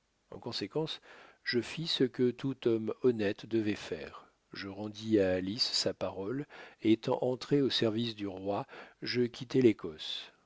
en conséquence je fis ce que tout homme honnête devait faire je rendis à alice sa parole et étant entré au service du roi je quittai l'écosse